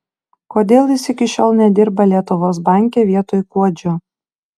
kodėl jis iki šiol nedirba lietuvos banke vietoj kuodžio